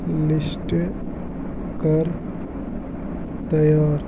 list کر تیار